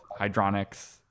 hydronics